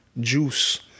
Juice